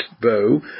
bow